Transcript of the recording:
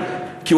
הוא